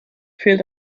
fehlt